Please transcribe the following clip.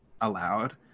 allowed